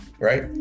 Right